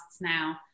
now